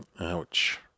Ouch